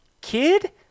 kid